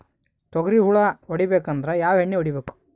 ತೊಗ್ರಿ ಹುಳ ಹೊಡಿಬೇಕಂದ್ರ ಯಾವ್ ಎಣ್ಣಿ ಹೊಡಿಬೇಕು?